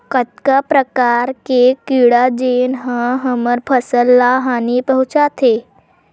कतका प्रकार के कीड़ा जेन ह हमर फसल ल हानि पहुंचाथे?